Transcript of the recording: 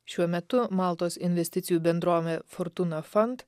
šiuo metu maltos investicijų bendrovė furtūna fant